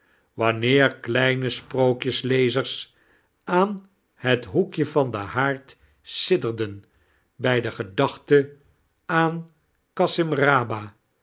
wanneer heine sprookjeslezers aan het hoekje van den haard sidderden bij de gedachte aan